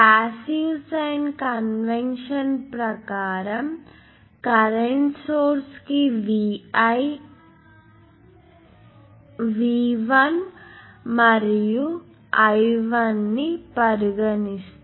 passive sign convention ప్రకారం current source కి VI మరియు I1 ని పరిగణిస్తాము